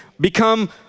become